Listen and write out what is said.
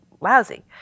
lousy